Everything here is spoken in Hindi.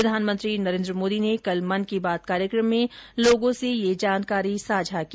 प्रधानमंत्री नरेन्द्र मोदी ने कल मन की बात कार्यक्रम में लोगों से यह जानकारी साझा की